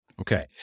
Okay